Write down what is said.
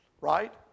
Right